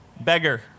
beggar